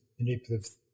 Manipulative